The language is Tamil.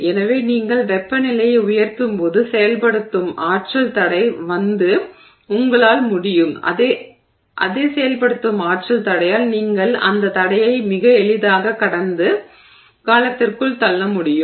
எனவே நீங்கள் வெப்பநிலையை உயர்த்தும்போது செயல்படுத்தும் ஆற்றல் தடை வந்து உங்களால் முடியும் அதே செயல்படுத்தும் ஆற்றல் தடையால் நீங்கள் அந்த தடையை மிக எளிதாக கடந்த காலத்திற்குள் தள்ள முடியும்